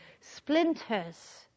splinters